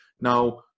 now